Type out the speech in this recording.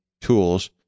tools